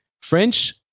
French